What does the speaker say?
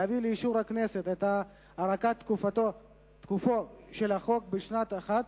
להביא לאישור הכנסת את הארכת תוקפו של החוק בשנה אחת